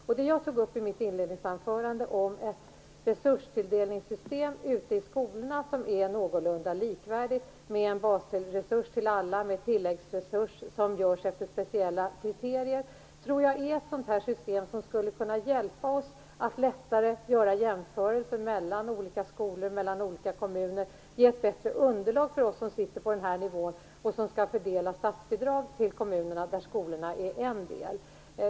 Vad jag tog upp i mitt inledningsanförande om ett någorlunda likvärdigt resurstilldelningssystem ute i skolorna, med en basresurs till alla och med en tilläggsresurs efter speciella kriterier, tror jag är ett sådant här system. Det skulle kunna hjälpa oss så att det blir lättare att göra jämförelser mellan olika skolor och mellan olika kommuner och så att vi på den här nivån som skall fördela statsbidrag till kommunerna, där skolorna är en del, får ett bättre underlag.